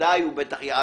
ודאי הוא יערער,